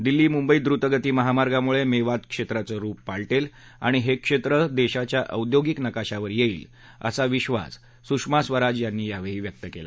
दिल्ली मुंबई द्रतगती महामार्गामुळे मेवात क्षेत्राचं रूप पाल िंजि आणि हे क्षेत्र देशाच्या औद्योगिक नकाशावर येईल असा विश्वास सूषमा स्वराज यांनी यावेळी व्यक्त केला